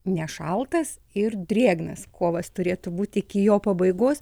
nešaltas ir drėgnas kovas turėtų būti iki jo pabaigos